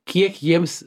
kiek jiems